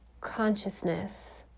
consciousness